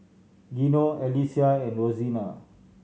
Gino Alesia and Rosena